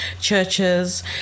churches